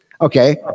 Okay